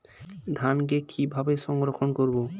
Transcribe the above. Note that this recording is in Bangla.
ধানকে কিভাবে সংরক্ষণ করব?